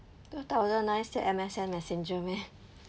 two thousand nine still M_S_N messenger meh